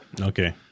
Okay